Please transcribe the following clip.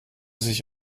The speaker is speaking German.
sich